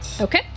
Okay